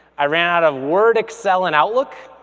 i ran out of word, excel, and outlook.